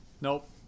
Nope